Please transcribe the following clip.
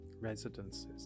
residences